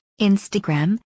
Instagram